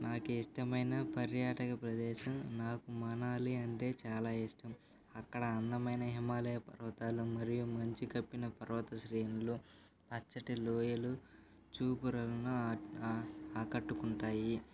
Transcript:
నాకు ఇష్టమైన పర్యాటక ప్రదేశం నాకు మనాలి అంటే చాలా ఇష్టం అక్కడ అందమైన హిమాలయ పర్వతాలు మరియు మంచు కప్పిన పర్వత శ్రేణులు అచ్చటి లోయలు చూపురులను ఆకట్టుకుంటాయి